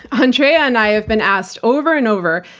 andrea and i have been asked, over and over,